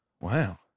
Wow